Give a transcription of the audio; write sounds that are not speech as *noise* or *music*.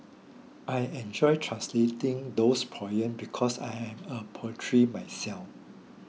I enjoyed translating those poems because I am a *unintelligible* myself